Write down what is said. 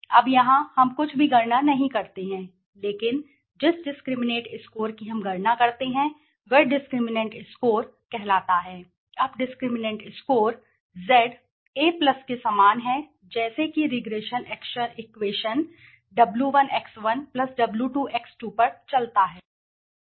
अब यहां हम कुछ भी गणना नहीं करते हैं लेकिन जिस डिस्क्रिमिनैंट स्कोर की हम गणना करते हैं वह डिस्क्रिमिनैंट स्कोर कहलाता है अब डिस्क्रिमिनैंट स्कोर Z A के समान है जैसे कि रिग्रेशन एक्वेशन W1X1 W2X2 पर चलता है